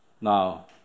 Now